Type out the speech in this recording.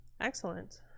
Excellent